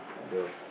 the f~